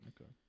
Okay